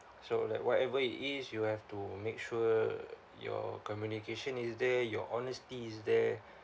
so like whatever it is you have to make sure your communication is there your honesty is there